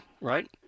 right